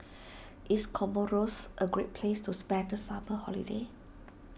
is Comoros a great place to spend the summer holiday